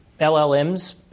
LLMs